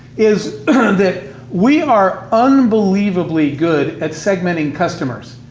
is that we are unbelievably good at segmenting customers.